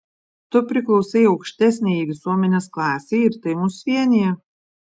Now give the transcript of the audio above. tu priklausai aukštesniajai visuomenės klasei ir tai mus vienija